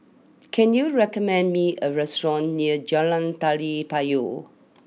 can you recommend me a restaurant near Jalan Tari Payong